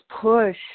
push